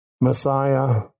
Messiah